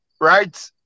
right